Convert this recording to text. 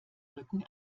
rücken